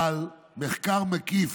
אבל מחקר מקיף,